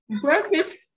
Breakfast